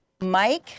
Mike